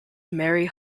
mary